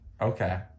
okay